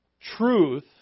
truth